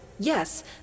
Yes